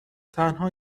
تنها